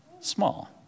small